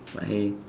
but heng